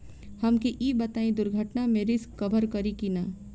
हमके ई बताईं दुर्घटना में रिस्क कभर करी कि ना?